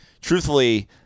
truthfully